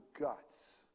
guts